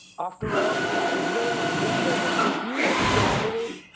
after all israel, just as it refused to collaborate,